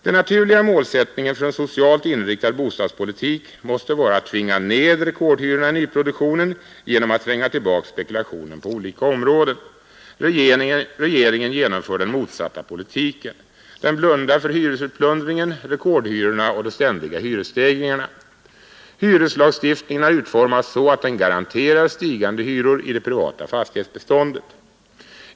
Den naturliga målsättningen för en socialt inriktad bostadspolitik måste vara att tvinga ned rekordhyrorna i nyproduktionen genom att tränga tillbaka spekulation på olika områden. Regeringen genomför den motsatta politiken. Den blundar för hyresutplundringen, rekordhyrorna och de ständiga hyresstegringarna. Hyreslagstiftningen har utformats så att den garanterar stigande hyror i det privata fastighetsbeståndet.